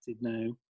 now